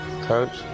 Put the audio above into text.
Coach